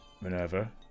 Minerva